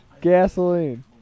Gasoline